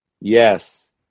Yes